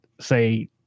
say